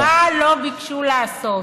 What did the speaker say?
מה לא ביקשו לעשות?